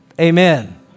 Amen